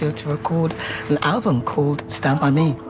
to record an album called stand by me.